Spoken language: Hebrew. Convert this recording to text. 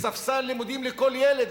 בספסל לימודים לכל ילד,